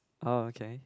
oh okay